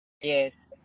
Yes